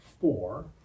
four